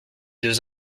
deux